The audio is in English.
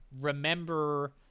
remember